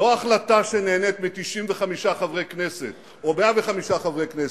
מ-95 חברי כנסת, או 105 חברי כנסת,